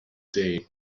day